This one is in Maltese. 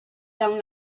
dawn